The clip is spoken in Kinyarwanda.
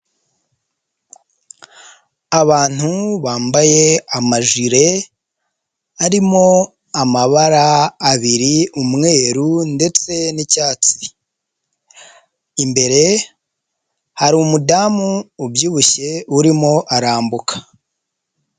Abantu bambaye amajire arimo amabara abiri umweru ndetse n'icyatsi, imbere hari umudamu ubyibushye urimo arambuka.